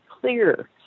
clear